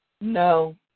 No